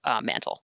mantle